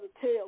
tell